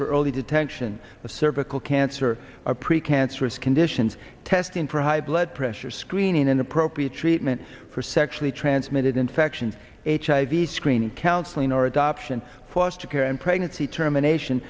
for early detection of cervical cancer are pre cancerous conditions testing for high blood pressure screening inappropriate treatment sexually transmitted infection hiv screening counseling or adoption foster care and pregnancy termination